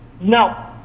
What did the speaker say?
No